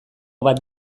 bat